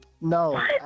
no